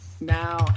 now